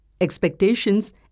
expectations